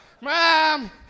mom